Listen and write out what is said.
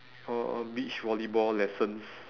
uh beach volleyball lessons